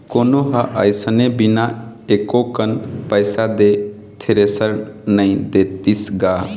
कोनो ह अइसने बिना एको कन पइसा दे थेरेसर नइ देतिस गा